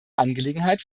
angelegenheit